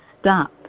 stop